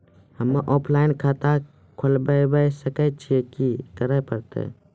हम्मे ऑफलाइन खाता खोलबावे सकय छियै, की करे परतै?